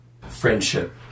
friendship